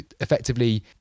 effectively